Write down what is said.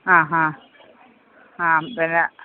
ആ ഹാ ആ പിന്നെ